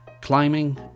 climbing